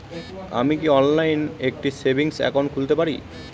আমি কি অনলাইন একটি সেভিংস একাউন্ট খুলতে পারি?